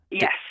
Yes